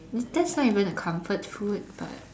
that's not even a comfort food but